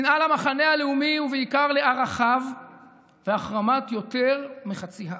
שנאה למחנה הלאומי ובעיקר לערכיו והחרמת יותר מחצי העם.